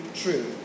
true